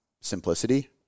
simplicity